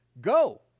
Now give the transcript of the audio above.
Go